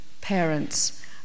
parents